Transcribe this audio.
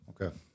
Okay